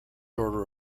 order